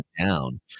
down